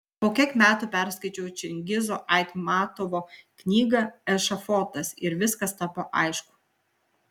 po kiek metų perskaičiau čingizo aitmatovo knygą ešafotas ir viskas tapo aišku